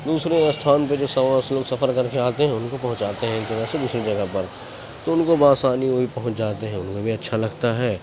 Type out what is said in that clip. دوسرے استھان پہ جو سوا سے لوگ سفر کر کے آتے ہیں ان کو پہنچاتے ہیں ایک جگہ سے دوسری جگہ پر تو ان کو با آسانی وہ بھی پہنچ جاتے ہیں ان کو بھی اچھا لگتا ہے